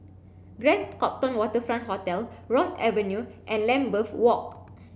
Grand Copthorne Waterfront Hotel Ross Avenue and Lambeth Walk